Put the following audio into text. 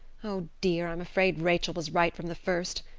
oh dear, i'm afraid rachel was right from the first.